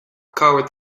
kavet